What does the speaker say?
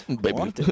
Baby